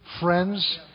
friends